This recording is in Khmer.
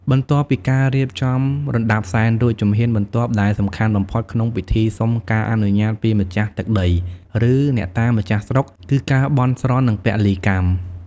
បន្ទាប់ពីការរៀបចំរណ្តាប់សែនរួច ជំហានបន្ទាប់ដែលសំខាន់បំផុតក្នុងពិធីសុំការអនុញ្ញាតពីម្ចាស់ទឹកដី ឬអ្នកតាម្ចាស់ស្រុក គឺការបន់ស្រន់ និងពលីកម្ម។